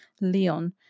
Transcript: Leon